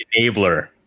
Enabler